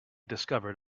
discovered